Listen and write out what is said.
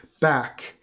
back